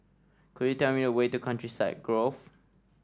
could you tell me the way to Countryside Grove